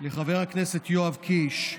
לחבר הכנסת יואב קיש.